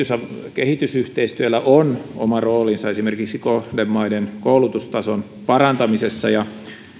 kehitysyhteistyöllä on oma roolinsa esimerkiksi kohdemaiden koulutustason parantamisessa